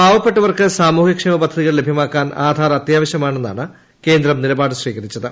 പാവപ്പെട്ടവർക്ക് സാമൂഹ്യക്ഷേമ പദ്ധതികൾ ലഭ്യമാക്കാൻ ആധാർ അത്യാവശ്യമാണെന്നാണ് കേന്ദ്രം നിലപാട് സ്വീകരിച്ചത്